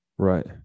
Right